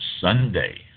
Sunday